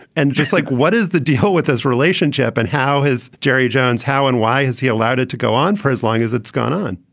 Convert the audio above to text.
and just like, what is the deal with his relationship and how his jerry jones, how and why has he allowed it to go on for as long as it's gone on?